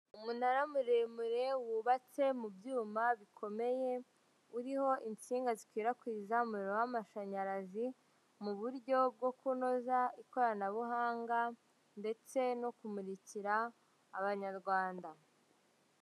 Umunara muremure wubatse mu byuma bikomeye, uriho insinga zikwirakwiza umuriro w'amashanyarazi, mu buryo bwo kunoza ikoranabuhanga, ndetse no kumurikira abanyarwanda.